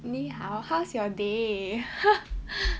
你好 how's your day